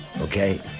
okay